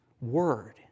word